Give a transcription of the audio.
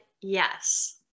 yes